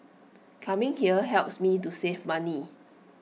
coming here helps me to save money